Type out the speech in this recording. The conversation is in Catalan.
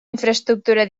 infraestructura